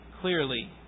clearly